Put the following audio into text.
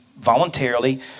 voluntarily